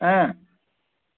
ಹಾಂ